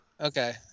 okay